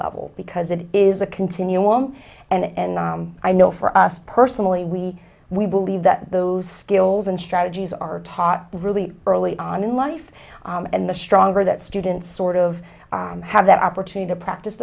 level because it is a continuum and i know for us personally we we believe that those skills and strategies are taught really early on in life and the stronger that students sort of have that opportunity to practice